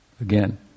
Again